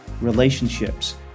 relationships